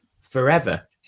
forever